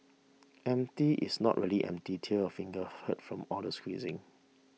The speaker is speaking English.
empty is not really empty till your fingers hurt from all the squeezing